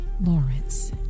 Lawrence